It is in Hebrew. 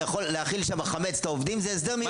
להאכיל שם חמץ את העובדים זה הסדר מיוחד.